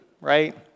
right